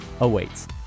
awaits